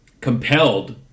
compelled